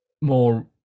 more